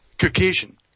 Caucasian